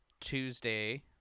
Tuesday